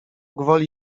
gwoli